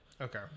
Okay